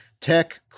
Tech